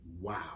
Wow